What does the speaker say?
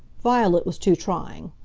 violet was too trying.